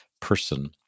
person